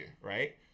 Right